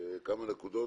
כמה נקודות.